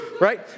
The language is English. right